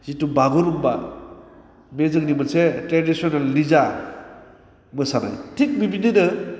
जिथु बागुरुम्बा बे जोंनि मोनसे ट्रेडिसिनेल निजा मोसानाय थिख बेबादिनो